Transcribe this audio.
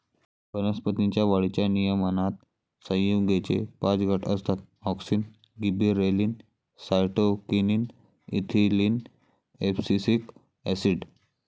वनस्पतीं च्या वाढीच्या नियमनात संयुगेचे पाच गट असतातः auxin, gibberellin, cytokinin, ethylene, abscisic acid